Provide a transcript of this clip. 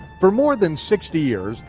for more than sixty years,